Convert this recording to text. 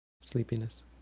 sleepiness